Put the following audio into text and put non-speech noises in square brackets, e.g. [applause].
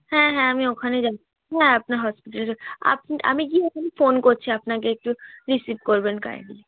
হ্যাঁ হ্যাঁ আমি ওখানে যাচ্ছি হ্যাঁ আপনার হসপিটালে [unintelligible] আপনি আমি গিয়ে ওখানে ফোন করছি আপনাকে একটু রিসিভ করবেন কাইন্ডলি